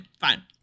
fine